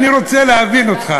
אני רוצה להבין אותך.